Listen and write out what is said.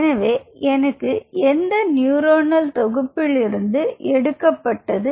எனவே எனக்கு எந்த நியூரோனல் தொகுப்பிலிருந்து எடுக்கப்பட்டது